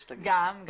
גם.